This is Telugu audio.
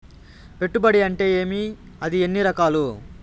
పెట్టుబడి అంటే ఏమి అది ఎన్ని రకాలు